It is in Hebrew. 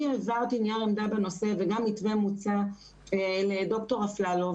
העברתי נייר עמדה בנושא וגם מתווה מוצע לד"ר אפללו,